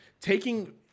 taking